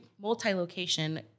multi-location